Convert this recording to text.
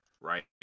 right